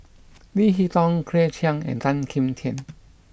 Leo Hee Tong Claire Chiang and Tan Kim Tian